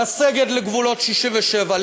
לסגת לגבולות 1967,